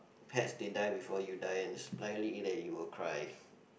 pets they die before you die and is likely that you will cry